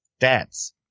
stats